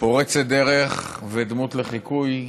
פורצת דרך ודמות לחיקוי,